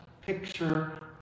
picture